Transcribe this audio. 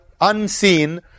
unseen